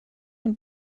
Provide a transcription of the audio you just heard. und